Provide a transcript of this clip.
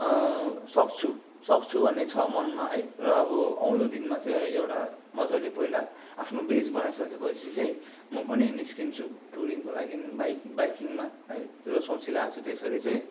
सक्छु सक्छु भन्ने छ मनमा है र अब आउँदो दिनमा चाहिँ एउटा मजाले पहिला आफ्नो व्याच बनाइ सके पछि म पनि निस्कन्छु टुरिङको लागि बाइक बाइकिङमा है र सोचिरहेको छु त्यसरी चाहिँ